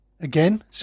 again